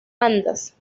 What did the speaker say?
andas